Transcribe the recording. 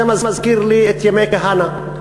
זה מזכיר לי את ימי כהנא.